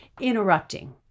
Interrupting